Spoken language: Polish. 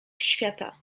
świata